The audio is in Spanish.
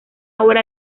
obra